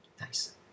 Nice